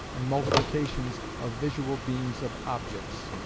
and multiplications of visual beams of objects.